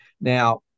Now